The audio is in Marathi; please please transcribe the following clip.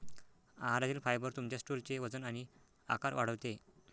आहारातील फायबर तुमच्या स्टूलचे वजन आणि आकार वाढवते